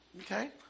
Okay